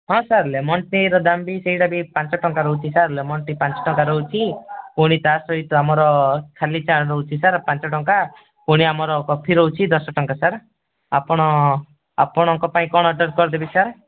ହଁ sir lemon ଟୀର ଦାମ୍ ବି ସେଇଟା ବି ପାଞ୍ଚଟଙ୍କା ରହୁଛି ସାର୍ ଲେମନ୍ ଟୀ ପାଞ୍ଚଟଙ୍କା ରହୁଛି ପୁଣି ତା ସହିତ ଆମର ଖାଲି ଚା ରହୁଛି ସାର୍ ପାଞ୍ଚଟଙ୍କା ପୁଣି ଆମର କଫି ରହୁଛି ଦଶଟଙ୍କା ସାର୍ ଆପଣ ଆପଣଙ୍କ ପାଇଁ କଣ ଅର୍ଡ଼ର୍ କରିଦେବି ସାର୍